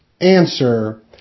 Answer